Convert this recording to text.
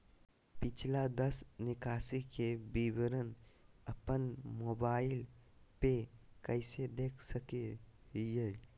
पिछला दस निकासी के विवरण अपन मोबाईल पे कैसे देख सके हियई?